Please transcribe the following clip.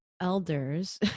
elders